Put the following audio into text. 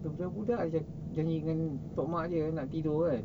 the budak-budak dah janji dengan tok mak dia nak tidur kan